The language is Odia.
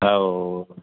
ହଉ